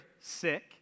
sick